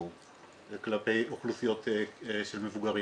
שמחים שהחברות עושות את העבודה הזאת בעצמן.